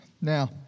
Now